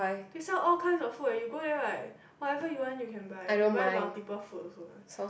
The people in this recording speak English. they sell all kinds of food eh you go there like whatever you want you can buy you can buy multiple food also